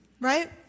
right